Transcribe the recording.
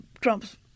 Trump's